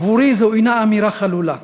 עבורי זו אינה אמירה חלולה,